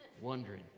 wondering